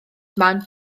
man